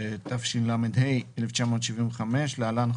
התשל"ה 1975 (להלן,